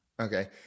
Okay